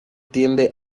tiende